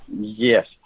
Yes